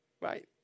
Right